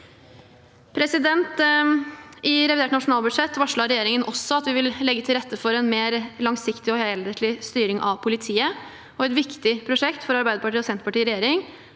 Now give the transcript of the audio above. kriminalitet. I revidert nasjonalbudsjett varsler regjeringen at den også vil legge til rette for mer langsiktig og helhetlig styring av politiet. Et viktig prosjekt for Arbeiderpartiet og Senterpartiet i regjering